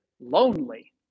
lonely